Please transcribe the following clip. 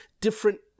different